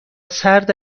سرد